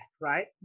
right